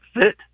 fit